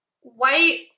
white